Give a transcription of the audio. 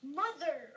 mother